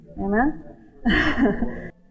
amen